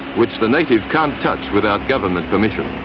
which the native can't touch without government permission.